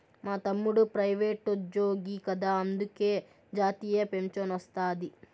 మా తమ్ముడు ప్రైవేటుజ్జోగి కదా అందులకే జాతీయ పింఛనొస్తాది